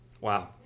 Wow